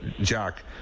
Jack